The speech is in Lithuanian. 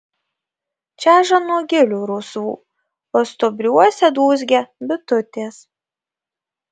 čeža nuo gilių rusvų o stuobriuose dūzgia bitutės